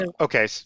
okay